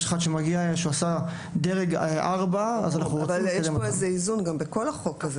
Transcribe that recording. אם מגיע אחד שעשה דרג 4 --- יש איזה איזון בכל הזה,